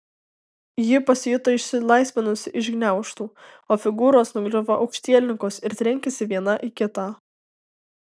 ji pasijuto išsilaisvinusi iš gniaužtų o figūros nugriuvo aukštielninkos ir trenkėsi viena į kitą